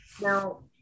now